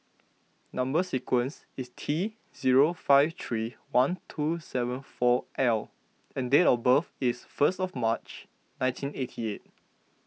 Number Sequence is T zero five three one two seven four L and date of birth is first of March nineteen eighty eight